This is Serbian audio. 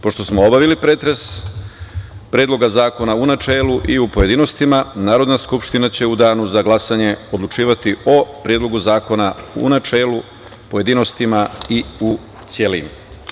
Pošto smo obavili pretres Predloga zakona u načelu i u pojedinostima, Narodna skupština će u danu za glasanje odlučivati o Predlogu zakona u načelu, pojedinostima i u celini.